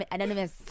Anonymous